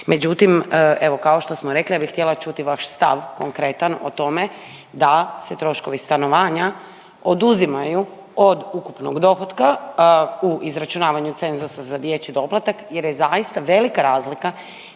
Međutim, evo kao što smo rekli ja bih htjela čuti vaš stav konkretan o tome da se troškovi stanovanja oduzimaju od ukupnog dohotka u izračunavanju cenzusa za dječji doplatak, jer je zaista velika razlika